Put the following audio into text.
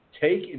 take